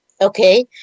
Okay